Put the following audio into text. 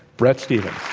bret stephens.